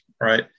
right